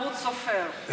טעות סופר.